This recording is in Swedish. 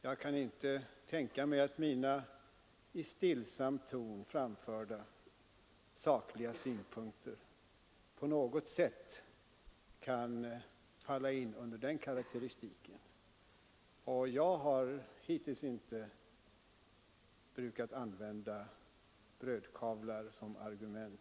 Jag kan inte tänka mig att mina i stillsam ton framförda, sakliga synpunkter på något sätt kan falla in under den karakteristiken, och jag har hittills inte brukat använda brödkavlar som argument.